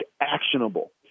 actionable